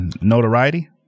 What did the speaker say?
Notoriety